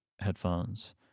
headphones